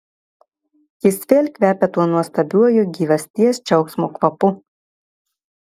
jis vėl kvepia tuo nuostabiuoju gyvasties džiaugsmo kvapu